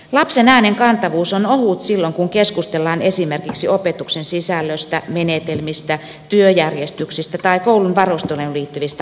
lapsen äänen kantavuus on ohut silloin kun keskustellaan esimerkiksi opetuksen sisällöstä menetelmistä työjärjestyksestä tai koulun varusteluun liittyvistä asioista